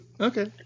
Okay